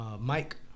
Mike